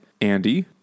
Andy